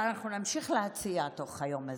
ואנחנו נמשיך להציע ביום הזה.